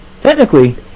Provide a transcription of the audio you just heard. Technically